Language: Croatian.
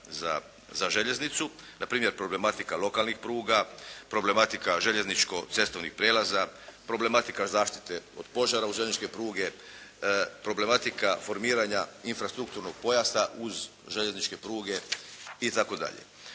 za željeznicu. Na primjer problematika lokalnih pruga, problematika željezničko-cestovnih prijelaza, problematika zaštita od požara uz željezničke pruge. Problematika formiranja infrastrukturnog pojasa uz željezničke pruge i